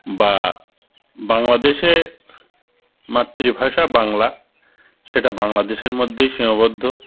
বা বাংলাদেশে মাতৃভাষা বাংলা সেটা বাংলাদেশের মধ্যেই সীমাবদ্ধ